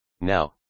Now